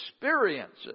experiences